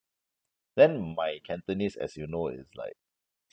then my cantonese as you know is like